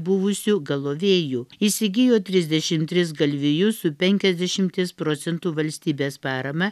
buvusių galovėjų įsigijo trisdešimt tris galvijus su penkiasdešimties procentų valstybės parama